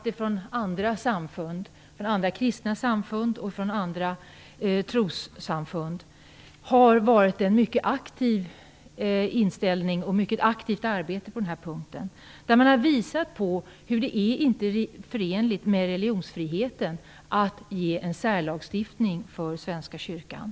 Vi vet att man från andra kristna samfund och andra trossamfund har haft en mycket aktiv inställning och bedrivit ett mycket aktivt arbete. Man har visat på att det inte är förenligt med religionsfriheten att ge en särlagstiftning för Svenska kyrkan.